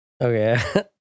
Okay